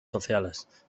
sociales